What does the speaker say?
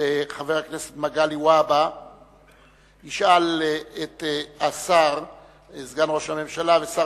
חבר הכנסת מגלי והבה ישאל את סגן ראש הממשלה ושר